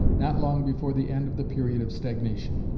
not long before the end of the period of stagnation.